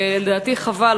לדעתי חבל.